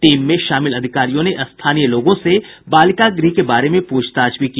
team में शामिल अधिकारियों ने स्थानीय लोगों से बालिका गृह के बारे में पूछताछ भी की